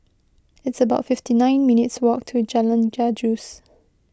it's about fifty nine minutes' walk to Jalan Gajus